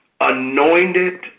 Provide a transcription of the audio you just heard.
anointed